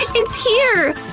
it's here!